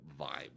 vibe